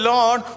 Lord